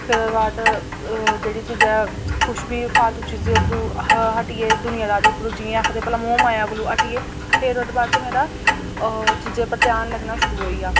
फिर ओह्दे बाद जेह्ड़ी चीज़ां कुछ बी फालतू चीज़ै उप्परू हट्टियै दूनियादारी उप्परू जि'यां आखदे पैह्लें मोह् माया कोला हट्टियै फिर ओह्दे बाद च मेरा चीज़े उप्पर ध्यान लग्गना शुरू होइया